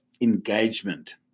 engagement